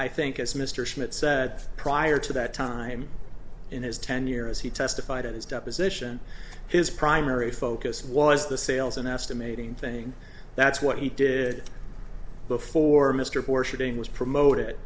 i think as mr schmidt said prior to that time in his tenure as he testified in his deposition his primary focus was the sales and estimating thing that's what he did before mr borscht being was promoted